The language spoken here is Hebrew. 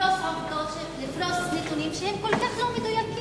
לפרוס נתונים שהם כל כך לא מדויקים?